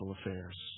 affairs